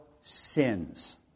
sins